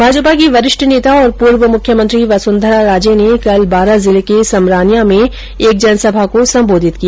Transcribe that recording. भाजपा की वरिष्ठ नेता और पूर्व मुख्यमंत्री वसुंधरा राजे ने कल बांरा जिले के समरानिया में एक जनसभा को सम्बोधित किया